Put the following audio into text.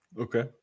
Okay